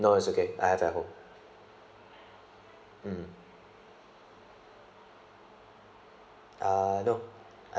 no is okay I'm at home mm uh no